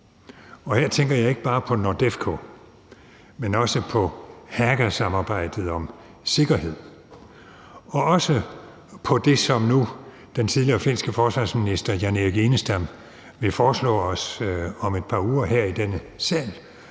og her tænker jeg ikke bare på NORDEFCO, men også på hackersamarbejdet i forhold til sikkerhed og også på det, som den nu tidligere finske forsvarsminister Jan-Erik Enestam vil foreslå os om et par uger her i denne sal,